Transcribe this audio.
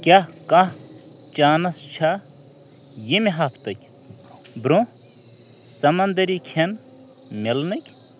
کیٛاہ کانٛہہ چانَس چھا ییٚمہِ ہفتٕکۍ برٛۄنٛہہ سَمندٔری کھیٚن میلنٕکۍ